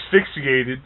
Asphyxiated